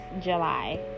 july